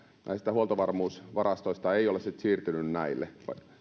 huoltovarmuusvarastoista ei ole sitten siirtynyt näille